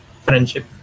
friendship